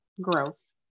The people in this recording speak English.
Gross